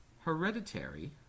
*Hereditary*